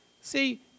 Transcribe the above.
See